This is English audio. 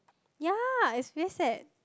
ya it's very sad